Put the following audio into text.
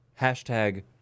hashtag